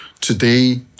Today